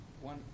one